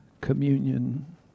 communion